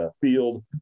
Field